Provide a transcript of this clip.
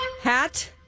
Hat